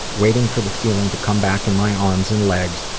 waiting for the feeling to come back in my arms and legs,